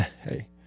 hey